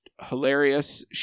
hilarious